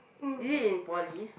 you in poly